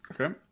Okay